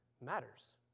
matters